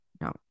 No